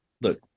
look